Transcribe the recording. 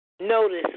Notice